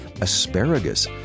asparagus